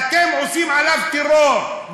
אתם עושים עליו טרור,